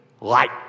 light